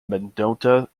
mendota